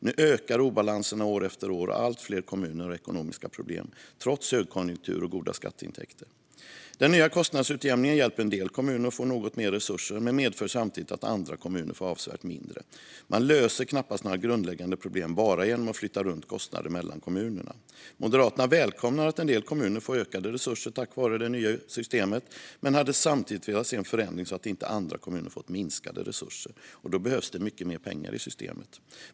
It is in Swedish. Nu ökar obalanserna år efter år, och allt fler kommuner har ekonomiska problem, trots högkonjunktur och goda skatteintäkter. Den nya kostnadsutjämningen hjälper en del kommuner att få något mer resurser men medför samtidigt att andra kommuner får avsevärt mindre. Man löser knappast några grundläggande problem bara genom att flytta runt kostnader mellan kommunerna. Moderaterna välkomnar att en del kommuner får ökade resurser tack vare det nya utjämningssystemet men hade samtidigt velat se en förändring så att inte andra kommuner fått minskade resurser. Då behövs mycket mer pengar i systemet.